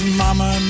mama